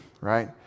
right